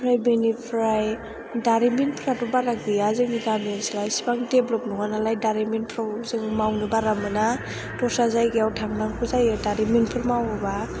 ओमफ्राय बेनिफ्राय दारिमिनफ्राथ' बारा गैया जोंनि गामि ओनसोला एसिबां डेभेलप्त नङा नालाय दारिमिनफ्राव जों मावनो बारा मोना दस्रा जायगायाव थांनांगौ जायो दारिमिनफोर मावोबा